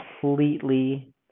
completely